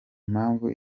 mpamvu